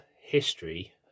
history